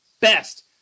best